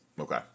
Okay